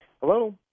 Hello